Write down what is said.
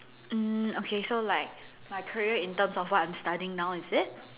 mm okay so like my career in terms of what I'm studying now is it